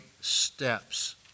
steps